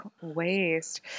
waste